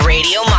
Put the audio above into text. Radio